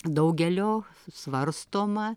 daugelio svarstoma